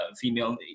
female